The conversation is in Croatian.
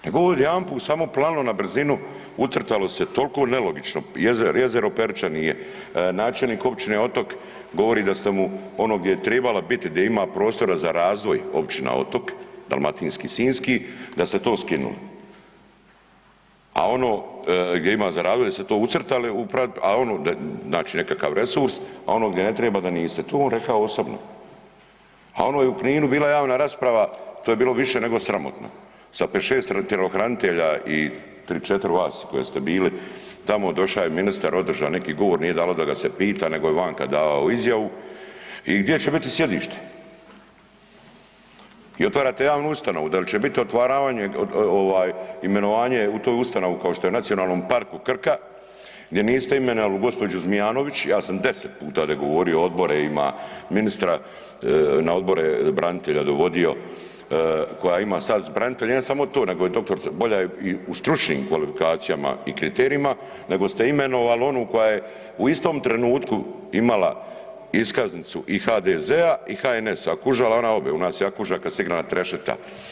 Ne govori …/nerazumljivo/… samo planu na brzinu ucrtalo se toliko nelogično, jezero Peruča nije, načelnik općine Otok da ste mu ono gdje je treba bit gdje ima prostora za razvoj općina Otok, dalmatinski i sinjski da ste to skinuli, a ono gdje ima za razvoj da ste to ucrtali u, znači nekakav resurs, a ono gdje ne treba da niste, to je on rekao osobno, a ono je u Kninu bila javna rasprava to je bilo više nego sramotno, sa 5-6 tjelohranitelja i 3-4 vas koji ste bili tamo doša je ministar održao neki govor nije dalo da ga se pita nego je vanka davao izjavu i gdje će biti sjedište i otvarate javnu ustanovu, da li će biti otvaravanje ovaj imenovanje u tu ustanovu kao što je u Nacionalnom parku Krka gdje niste imenovali gospođu Zmijanović, ja sam 10 puta ovdje govorio odbore, ima ministra na odbore branitelja dovodio, koja ima status branitelja i ne samo to nego je doktorica bolja i u stručnim kvalifikacijama i kriterijima nego ste imenovali onu koja je u istom trenutku imala iskaznicu i HDZ-a i HNS-a, akužala ona obe, u nas je akuža kad se igra na trešeta.